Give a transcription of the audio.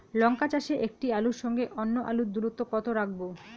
লঙ্কা চাষে একটি আলুর সঙ্গে অন্য আলুর দূরত্ব কত রাখবো?